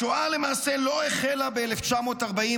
השואה למעשה לא החלה ב-1942,